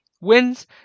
wins